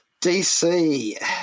DC